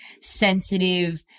sensitive